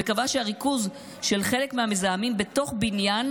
וקבעה שהריכוז של חלק מהמזהמים בתוך בניין